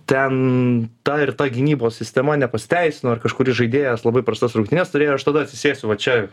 ten ta ir ta gynybos sistema nepasiteisino ir kažkuris žaidėjas labai prastas rungtynes turėjo aš tada atsisėsiu va čia